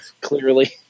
clearly